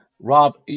Rob